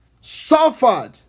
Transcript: suffered